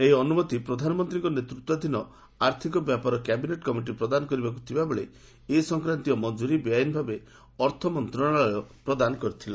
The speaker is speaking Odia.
ଏହି ଅନୁମତି ପ୍ରଧାନମନ୍ତ୍ରୀଙ୍କ ନେତୃତ୍ୱାଧୀନ ଆର୍ଥିକ ବ୍ୟାପାର କ୍ୟାବିନେଟ୍ କମିଟି ପ୍ରଦାନ କରିବାକୁ ଥିବା ବେଳେ ଏ ସଂକ୍ରାନ୍ତୀୟ ମଞ୍ଜୁରୀ ବେଆଇନ୍ ଭାବେ ଅର୍ଥ ମନ୍ତ୍ରଣାଳୟ ପ୍ରଦାନ କରିଥିଲା